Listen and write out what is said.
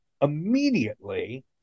immediately